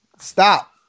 Stop